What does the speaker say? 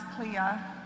clear